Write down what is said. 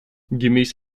gemäß